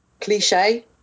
cliche